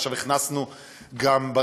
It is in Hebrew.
ועכשיו הכנסנו גם,